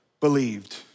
believed